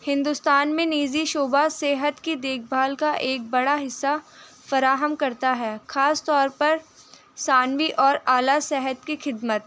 ہندوستان میں نجی شعبہ صحت کی دیکھ بھال کا ایک بڑا حصہ فراہم کرتا ہے خاص طور پر ثانوی اور اعلیٰ صحت کی خدمت